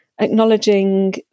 acknowledging